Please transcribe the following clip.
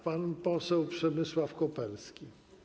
Pan poseł Przemysław Koperski.